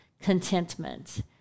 contentment